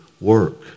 work